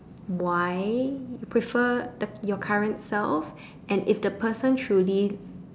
why you prefer the your current self and if the person truly